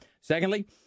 Secondly